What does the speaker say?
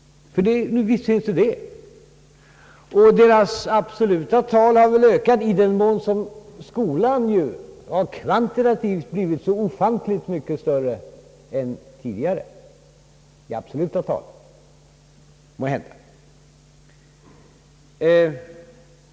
Visst finns det sådana problem, och deras absoluta tal har väl ökat i den mån som skolan ju har kvantitativt blivit så ofantligt mycket större än tidigare.